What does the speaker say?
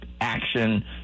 action